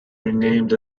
renamed